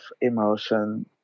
emotion